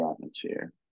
atmosphere